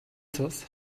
цус